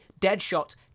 Deadshot